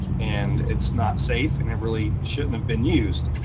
and it's not safe and it really shouldn't have been used.